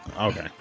Okay